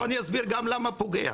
אני גם אסביר למה זה פוגע,